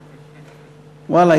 ואללה,